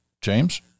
James